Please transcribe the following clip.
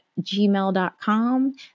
gmail.com